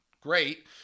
great